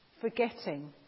forgetting